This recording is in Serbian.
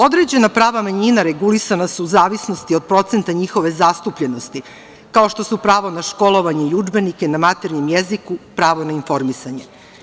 Određena prava manjina regulisana su u zavisnosti od procenta njihove zastupljenosti, kao što su pravo na školovanje i udžbenike na maternjem jeziku, pravo na informisanje.